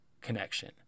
connection